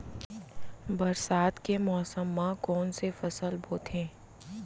बरसात के मौसम मा कोन से फसल बोथे?